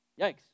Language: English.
Yikes